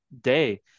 day